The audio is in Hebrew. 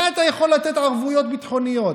איך אתה יכול לתת ערבויות ביטחוניות?